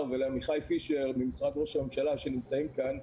ולעמיחי פישר ממשרד ראש הממשלה שנמצאים כאן,